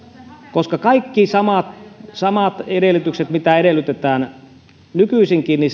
koska kaikki samat samat edellytykset mitä edellytetään nykyisinkin